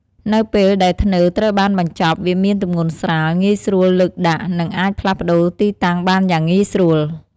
នៅពេលដែលធ្នើរត្រូវបានបញ្ចប់ វាមានទម្ងន់ស្រាល ងាយស្រួលលើកដាក់ និងអាចផ្លាស់ប្តូរទីតាំងបានយ៉ាងងាយស្រួល។